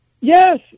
yes